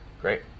Great